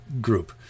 group